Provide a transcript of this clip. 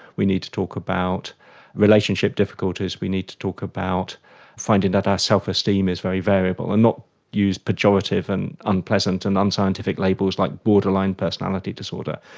we need to talk about relationship difficulties, we need to talk about finding that our self-esteem is very variable and not use pejorative and unpleasant and unscientific labels like borderline personality disorder.